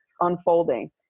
unfolding